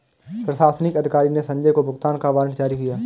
प्रशासनिक अधिकारी ने संजय को भुगतान का वारंट जारी किया